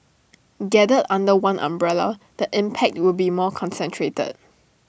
gathered under one umbrella the impact will be more concentrated